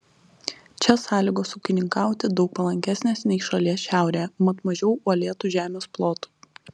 čia sąlygos ūkininkauti daug palankesnės nei šalies šiaurėje mat mažiau uolėtų žemės plotų